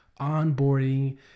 onboarding